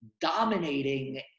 dominating